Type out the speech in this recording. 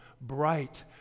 bright